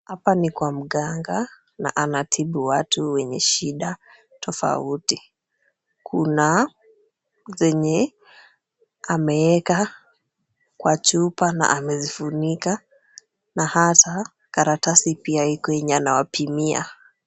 Hapa ni kwa mganga na anatibu watu wenye shida tofauti, kuna zenye ameeka kwa chupa na amezifunika na hata karatasi pia iko yenye anawapimia.